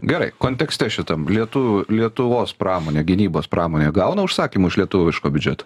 gerai kontekste šitam lietų lietuvos pramonė gynybos pramonė gauna užsakymų iš lietuviško biudžeto